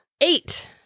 Eight